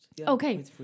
Okay